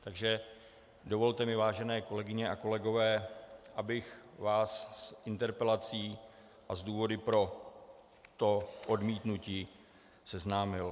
Takže dovolte mi, vážené kolegyně a kolegové, abych vás s interpelací a s důvody pro to odmítnutí seznámil.